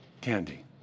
Candy